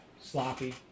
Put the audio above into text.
sloppy